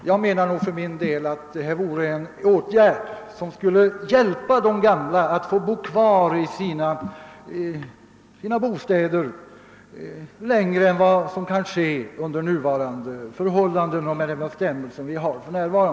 Jag anser att en långivning till reparation vore en åtgärd som skulle hjälpa de gamla att bo kvar i sina bostäder längre än vad som är möjligt under nuvarande förhållanden.